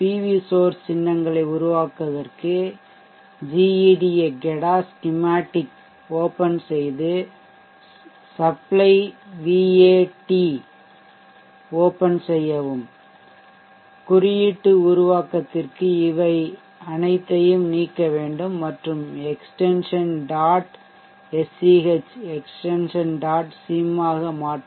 we சோர்ஷ் சின்னங்களை உருவாக்குவதற்கு Geda schematic ஓப்பன் செய்து supply Vat ஐ ஓப்பன் செய்யவும் குறியீட்டு உருவாக்கத்திற்கு இவை அனைத்தையும் நீக்க வேண்டும் மற்றும் extension dot Sch extension dot Sym ஆக மாற்றவும்